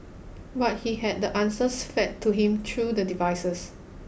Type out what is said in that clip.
but he had the answers fed to him through the devices